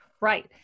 right